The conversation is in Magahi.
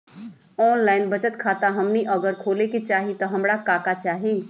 ऑनलाइन बचत खाता हमनी अगर खोले के चाहि त हमरा का का चाहि?